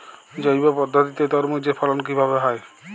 জৈব পদ্ধতিতে তরমুজের ফলন কিভাবে হয়?